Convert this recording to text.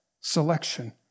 selection